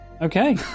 Okay